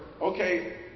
okay